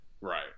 Right